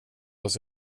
oss